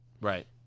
Right